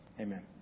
Amen